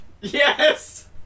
Yes